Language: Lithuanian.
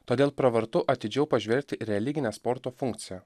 todėl pravartu atidžiau pažvelgti į religinę sporto funkciją